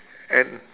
and